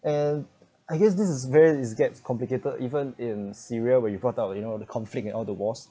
and I guess this is very it's gets complicated even in syria where you brought up you know the conflict and all the wars